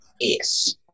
Yes